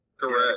Correct